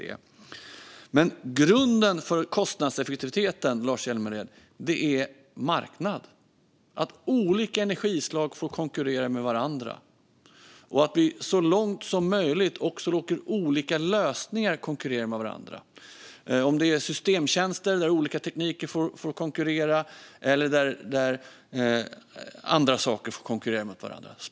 Men grunden för kostnadseffektiviteten, Lars Hjälmered, är marknad - att olika energislag får konkurrera med varandra och att vi så långt som möjligt också låter olika lösningar konkurrera med varandra. Det kan vara systemtjänster, olika tekniker eller andra saker.